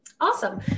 Awesome